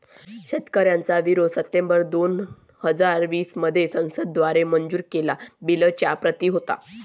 शेतकऱ्यांचा विरोध सप्टेंबर दोन हजार वीस मध्ये संसद द्वारे मंजूर केलेल्या बिलच्या प्रति होता